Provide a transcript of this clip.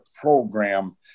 program